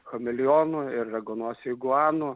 chameleonų ir raganosių iguanų